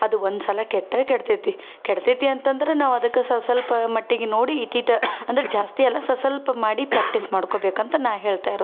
ಅದು ಒಂದ್ಸಲ ಕೆಟ್ಟರೆ ಕೆಡ್ತೈತಿ ಕೆಡ್ತೈತಿ ಅಂತಂದ್ರೆ ನಾವು ಅದಕ್ಕೆ ಸ್ವಲ್ಸ್ವಲ್ಪ ಮಟ್ಟಿಗೆ ನೋಡಿ ಇಟೀಟು ಅಂದ್ರೆ ಜಾಸ್ತಿ ಅಲ್ಲ ಸ್ವಲ್ಸ್ವಲ್ಪ ಮಾಡಿ ಪ್ರ್ಯಾಕ್ಟೀಸ್ ಮಾಡ್ಕೊಳ್ಬೇಕಂತ ನಾನು ಹೇಳ್ತಾ ಇರೋದು